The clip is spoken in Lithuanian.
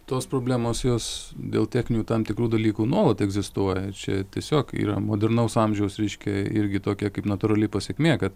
tos problemos jos dėl techninių tam tikrų dalykų nuolat egzistuoja čia tiesiog yra modernaus amžiaus reiškia irgi tokia kaip natūrali pasekmė kad